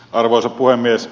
arvoisa puhemies